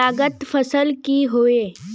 लागत फसल की होय?